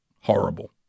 horrible